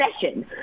session